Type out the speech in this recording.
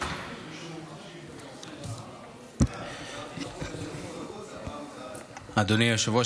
אדוני היושב-ראש,